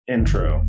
Intro